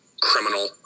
criminal